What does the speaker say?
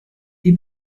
die